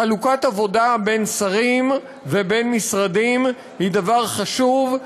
חלוקת עבודה בין שרים ובין משרדים היא דבר חשוב,